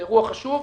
זה אירוע חשוב.